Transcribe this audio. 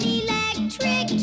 electric